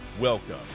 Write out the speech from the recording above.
Welcome